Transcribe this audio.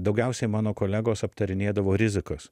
daugiausiai mano kolegos aptarinėdavo rizikas